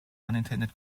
unintended